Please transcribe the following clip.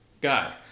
guy